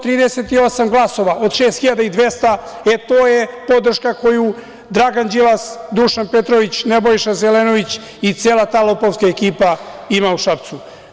Sto trideset i osam glasova od 6.200, e to je podrška koju Dragan Đilas, Dušan Petrović, Nebojša Zelenović i cela ta lopovska ekipa ima u Šapcu.